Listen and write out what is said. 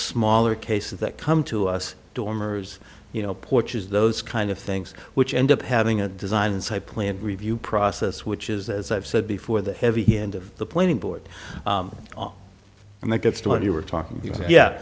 smaller cases that come to us dormers you know porches those kind of things which end up having a design so i planned review process which is as i've said before the heavy end of the planning board and that gets to what you were talking yeah